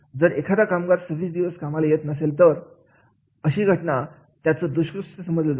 जर एखादा कामगार सव्वीस दिवस कामाला येत नसेल तर अशी घटना त्याच दुष्कृत्य समजलं जावं